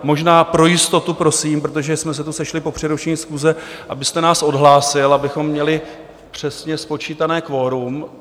Možná pro jistotu prosím, protože jsme se tu sešli po přerušení schůze, abyste nás odhlásil, abychom měli přesně spočítané kvorum.